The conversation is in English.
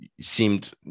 seemed